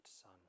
son